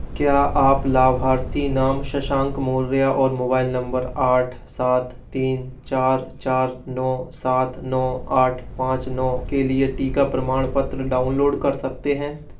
क्या आप लाभार्थी नाम शशांक मौर्य और मोबाइल नंबर आठ सात तीन चार चार नौ सात नौ आठ पाँच नौ के लिए टीका प्रमाणपत्र डाउनलोड कर सकते हैं